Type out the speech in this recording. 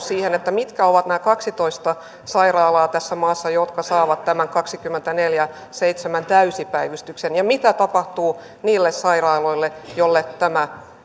siihen mitkä ovat nämä kaksitoista sairaalaa tässä maassa jotka saavat tämän kaksikymmentäneljä kautta seitsemän täyspäivystyksen mitä tapahtuu niille sairaaloille joille tämä